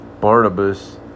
Barnabas